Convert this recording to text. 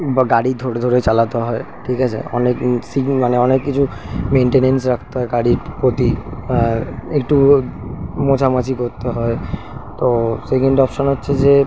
বা গাড়ি ধরে ধরে চালাতে হয় ঠিক আছে অনেকি মানে অনেক কিছু মেনটেন্স রাখতে হয় গাড়ির প্রতি একটু মোছামুছি করতে হয় তো সেকেন্ড অপশান হচ্ছে যে